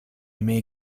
may